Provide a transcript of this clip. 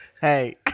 hey